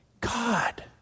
God